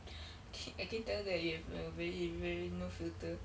ca~ I can tell that you have uh very very no filter